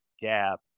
gap